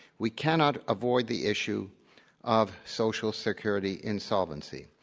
we cannot avoid the issue of social security insolvency.